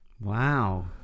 Wow